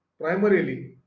primarily